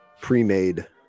pre-made